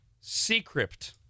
Secret